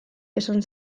esan